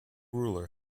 ruler